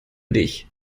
dich